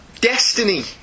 Destiny